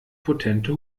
potente